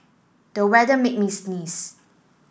the weather made me sneeze